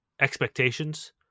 expectations